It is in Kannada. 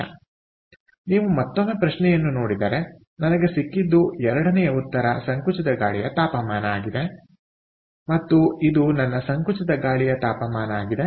ಆದ್ದರಿಂದ ನೀವು ಮತ್ತೊಮ್ಮೆ ಪ್ರಶ್ನೆಯನ್ನು ನೋಡಿದರೆ ನನಗೆ ಸಿಕ್ಕಿದ್ದು ಎರಡನೆಯ ಉತ್ತರ ಸಂಕುಚಿತ ಗಾಳಿಯ ತಾಪಮಾನ ಮತ್ತು ಇದು ನನ್ನ ಸಂಕುಚಿತ ಗಾಳಿಯ ತಾಪಮಾನ ಆಗಿದೆ